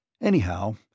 Anyhow